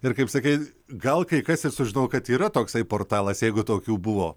ir kaip sakai gal kai kas ir sužinojo kad yra toksai portalas jeigu tokių buvo